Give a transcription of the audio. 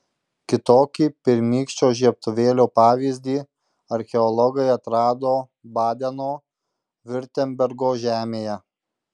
kitokį pirmykščio žiebtuvėlio pavyzdį archeologai atrado badeno viurtembergo žemėje